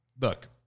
Look